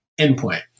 endpoint